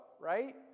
right